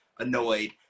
annoyed